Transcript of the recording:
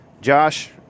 josh